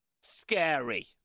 scary